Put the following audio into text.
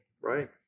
Right